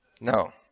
No